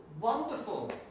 wonderful